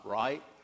right